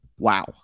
Wow